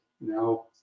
Now